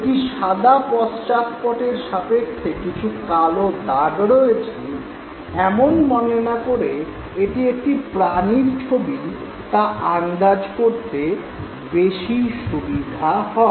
একটি সাদা পশ্চাৎপটের সাপেক্ষে কিছু কালো দাগ রয়েছে এমন মনে না করে এটি একটি প্রাণীর ছবি তা আন্দাজ করতে বেশি সুবিধা হয়